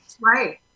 Right